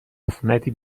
عفونتی